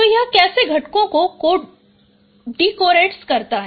तो यह कैसे घटकों को डी कोरिलेट करता है